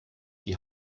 die